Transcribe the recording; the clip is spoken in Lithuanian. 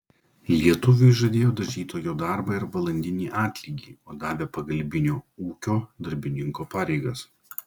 lietuviui žadėjo dažytojo darbą ir valandinį atlygį o davė pagalbinio ūkio darbininko pareigas